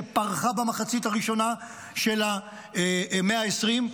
שפרחה במחצית הראשונה של המאה ה-20,